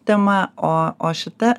tema o o šita